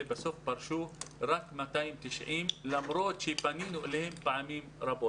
פרשו רק 290 למרות שפנינו לאנשים רבים.